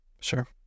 Sure